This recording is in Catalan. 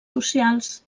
socials